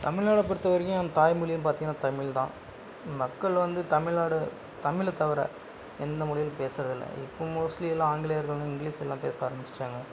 தமிழ் நாடை பொறுத்த வரைக்கும் தாய் மொழின்னு பார்த்திங்கனா தமிழ்தான் மக்கள் வந்து தமிழ் நாடு தமிழை தவிர எந்த மொழியிலும் பேசுவதில்லை இப்போது மோஸ்ட்லி எல்லாம் ஆங்கிலேயர்களும் இங்கிலீஸ்லெலாம் பேச ஆரமிச்சுட்டாங்க